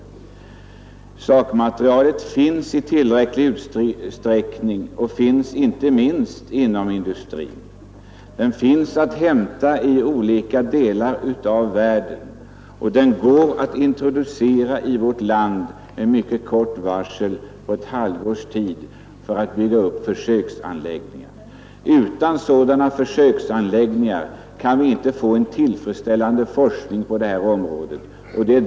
Men sakmaterialet finns i tillräcklig utsträckning, inte minst inom industrin. Det kan hämtas från olika delar av världen, och det går att introducera i vårt land med kort varsel, ett halvårs tid, i syfte att bygga upp försöksanläggningar. Utan sådana försöksanläggningar kan vi inte få en tillfredsställande forskning på detta område.